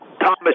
Thomas